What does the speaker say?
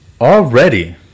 already